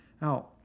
Now